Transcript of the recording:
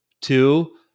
Two